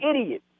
idiot